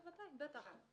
בטח.